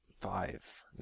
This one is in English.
five